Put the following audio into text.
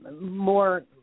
more